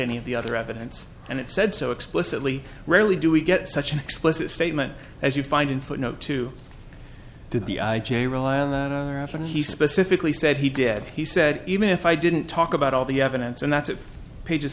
any of the other evidence and it said so explicitly rarely do we get such an explicit statement as you find in footnote two to the i j a rely on that he specifically said he did he said even if i didn't talk about all the evidence and that's it page